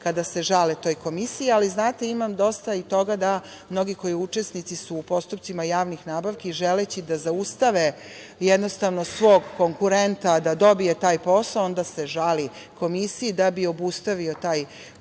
kada se žale toj Komisiji. Znate, ima dosta i toga da mnogi koji su učesnici u postupcima javnih nabavki, želeći da zaustave svog konkurenta da dobije taj posao, onda se žale Komisiji da bi obustavili taj postupak